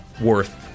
worth